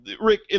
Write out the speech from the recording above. Rick